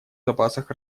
запасах